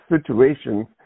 situations